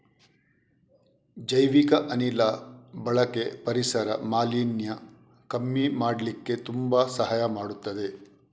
ಜೈವಿಕ ಅನಿಲ ಬಳಕೆ ಪರಿಸರ ಮಾಲಿನ್ಯ ಕಮ್ಮಿ ಮಾಡ್ಲಿಕ್ಕೆ ತುಂಬಾ ಸಹಾಯ ಮಾಡ್ತದೆ